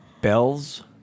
Bells